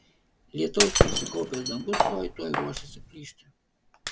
lietaus prisikaupęs dangus tuoj tuoj ruošėsi plyšti